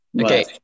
Okay